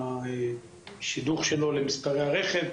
השידוך שלו למספרי הרכב.